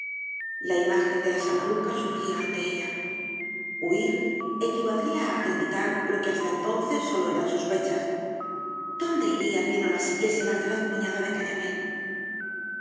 la imagen de la samaruca surgía ante ella huir equivaldría á acreditar lo que hasta entonces sólo eran sospechan dónde iría que no la siguiese la feroz cuñada de